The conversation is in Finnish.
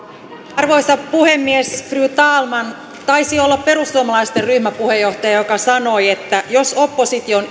arvoisa puhemies fru talman taisi olla perussuomalaisten ryhmäpuheenjohtaja joka sanoi että jos opposition